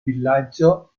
villaggio